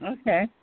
Okay